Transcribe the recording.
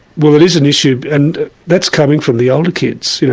well it is an issue, and that's coming from the older kids. you know